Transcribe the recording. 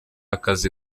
akazi